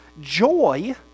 joy